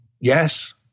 yes